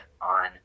on